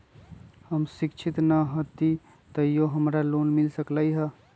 हम शिक्षित न हाति तयो हमरा लोन मिल सकलई ह?